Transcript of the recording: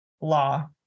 law